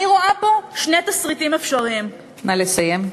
אני רואה פה שני תסריטים אפשריים, נא לסיים.